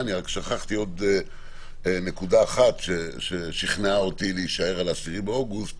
שכחתי עוד נקודה אחת ששכנעה אותי להישאר על 10 באוגוסט